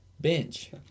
Bench